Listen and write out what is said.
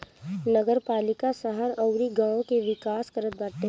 नगरपालिका शहर अउरी गांव के विकास करत बाटे